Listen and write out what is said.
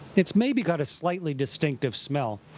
it's maybe got a slightly distinctive smell,